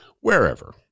wherever